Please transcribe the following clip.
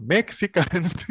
Mexicans